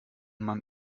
man